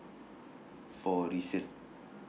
for resale